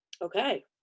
Okay